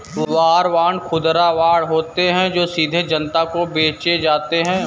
war bond खुदरा bond होते हैं जो सीधे जनता को बेचे जाते हैं